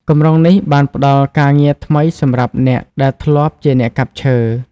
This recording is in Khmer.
គម្រោងនេះបានផ្តល់ការងារថ្មីសម្រាប់អ្នកដែលធ្លាប់ជាអ្នកកាប់ឈើ។